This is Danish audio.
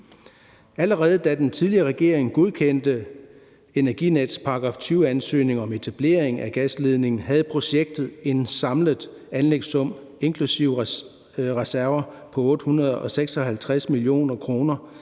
Allerede da den tidligere regering godkendte Energinets § 20-ansøgning om etablering af gasledningen, havde projektet en samlet anlægssum, inklusive reserver, på 856 mio. kr.